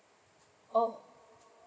oh